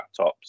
laptops